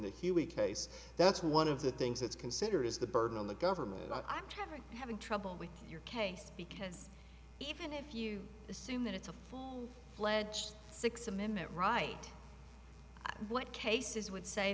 the huey case that's one of the things that's consider is the burden on the government i'm having having trouble with your case because even if you assume that it's a full fledged six amendment right what cases would say